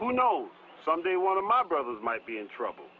who know someday one of my brothers might be in trouble